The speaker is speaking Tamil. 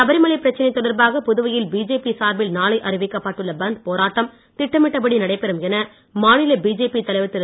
சபரிமலை பிரச்சனை தொடர்பாக புதுவையில் பிஜேபி சார்பில் நாளை அறிவிக்கப்பட்டுள்ள பந்த் போராட்டம் திட்டமிட்ட படி நடைபெறும் என மாநில பிஜேபி தலைவர் திரு